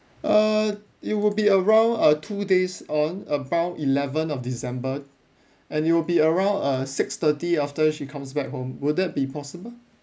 err it would be around uh two days on about eleven of december and it would be around uh six thirty after she comes back home would that be possible